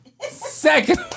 second